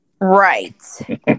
right